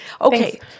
Okay